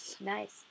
Nice